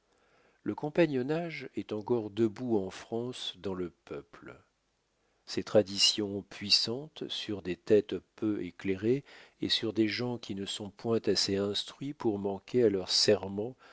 le compagnonage est encore debout en france dans le peuple ses traditions puissantes sur des têtes peu éclairées et sur des gens qui ne sont point assez instruits pour manquer à leurs serments